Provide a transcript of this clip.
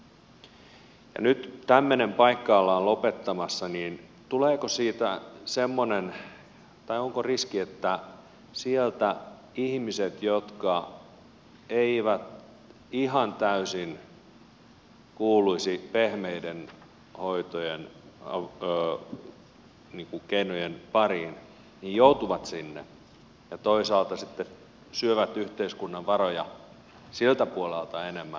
kun nyt tämmöinen paikka ollaan lopettamassa onko riski että sieltä ihmiset jotka eivät ihan täysin kuuluisi pehmeiden keinojen pariin joutuvat niiden pariin ja toisaalta sitten syövät yhteiskunnan varoja siltä puolelta enemmän